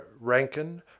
Rankin